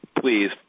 please